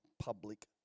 public